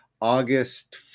August